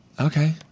Okay